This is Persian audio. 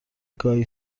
گاهی